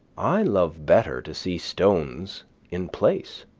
i love better to see stones in place.